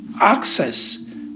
access